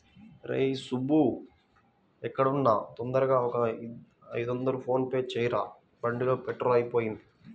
రేయ్ సుబ్బూ ఎక్కడున్నా తొందరగా ఒక ఐదొందలు ఫోన్ పే చెయ్యరా, బండిలో పెట్రోలు అయిపొయింది